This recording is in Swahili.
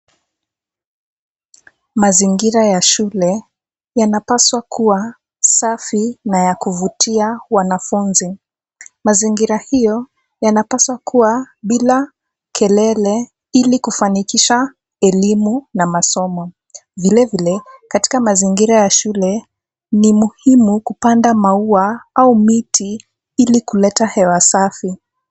Mazingira ya shule yanapaswa kuwa safi na ya kuvutia wanafunzi. Mazingira hiyo yanapaswa kuwa bila kelele ili kufanikisha elimu na masomo. Vilevile, katika mazingira ya shule, ni muhimu kupanda maua au miti ili kuleta hewa safi.